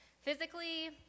physically